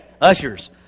Ushers